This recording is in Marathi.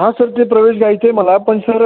हां सर ते प्रवेश घ्यायचं आहे मला पण सर